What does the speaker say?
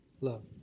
love